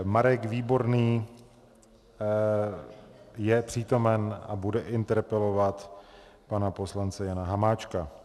Marek Výborný je přítomen a bude interpelovat pana poslance Jana Hamáčka.